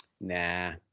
nah